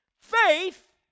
faith